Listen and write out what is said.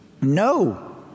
No